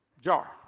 jar